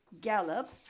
gallop